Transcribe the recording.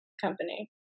company